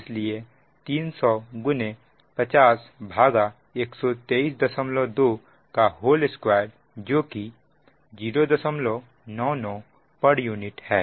इसलिए 300 5012322जो कि 099 pu है